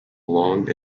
long